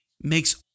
makes